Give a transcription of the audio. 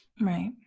Right